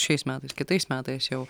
šiais metais kitais metais jau